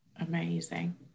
Amazing